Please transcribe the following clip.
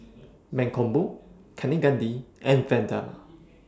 Mankombu Kaneganti and Vandana